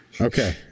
okay